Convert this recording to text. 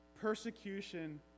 Persecution